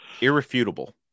irrefutable